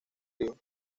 río